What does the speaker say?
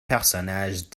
personnage